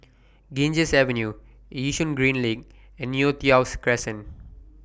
Ganges Avenue Yishun Green LINK and Neo Tiew Crescent